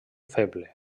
feble